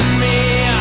me